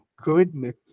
goodness